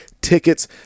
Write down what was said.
tickets